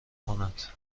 کند